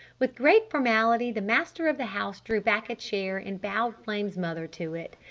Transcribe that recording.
with great formality the master of the house drew back a chair and bowed flame's mother to it.